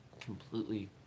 completely